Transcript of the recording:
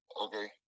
Okay